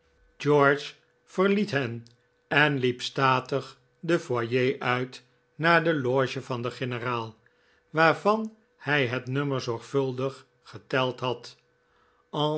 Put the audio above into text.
george verliet hen en liep statig den foyer uit naar de loge van den generaal waarvan hij het nummer zorgvuldig geteld had